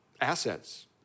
assets